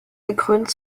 gekrönt